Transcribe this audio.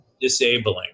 disabling